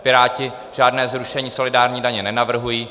Piráti žádné zrušení solidární daně nenavrhují.